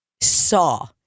saw